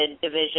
division